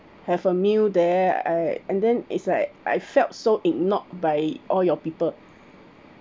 have a meal there I and then it's like I felt so ignored by all your people